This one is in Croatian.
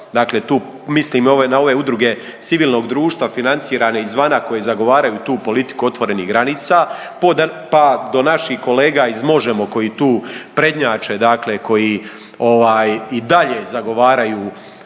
dakle tu mislim na ove, na ove Udruge civilnog društva financirane izvana koje zagovaraju tu politiku otvorenih granica, pa do naših kolega iz Možemo! koji tu prednjače, dakle koji ovaj i dalje zagovaraju